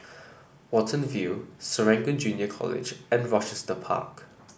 Watten View Serangoon Junior College and Rochester Park